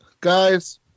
guys